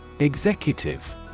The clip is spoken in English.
executive